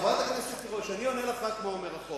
חברת הכנסת תירוש, אני עונה לך רק מה אומר החוק.